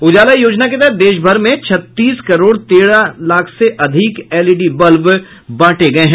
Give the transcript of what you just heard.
उजाला योजना के तहत देश भर में छत्तीस करोड़ तेरह लाख से अधिक एलईडी बल्ब बांटे गए हैं